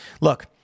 Look